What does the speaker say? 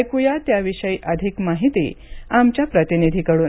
ऐक्र्या त्याविषयी अधिक माहिती आमच्या प्रतिनिधीकडून